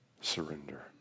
surrender